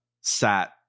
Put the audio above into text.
sat